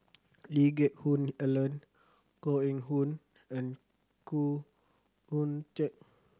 Lee Geck Hoon Ellen Koh Eng Hoon and Khoo Oon Teik